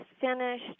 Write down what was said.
finished